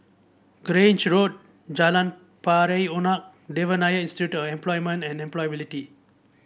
Grange Road Jalan Pari Unak Devan Nair Institute of Employment and Employability